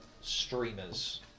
streamers